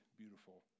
beautiful